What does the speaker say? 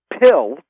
pill